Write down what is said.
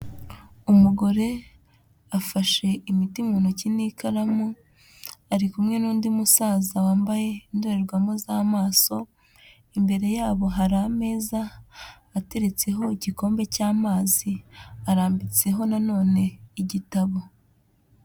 Umugore afashe imiti mu ntoki n'ikaramu, ari kumwe n'undi musaza wambaye indorerwamo z'amaso, imbere yabo hari ameza ateretseho igikombe cy'amazi, arambitseho nanone igitabo.